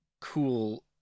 cool